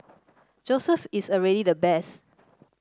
Joseph is already the best